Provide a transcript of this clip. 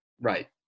right